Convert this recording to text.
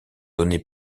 donné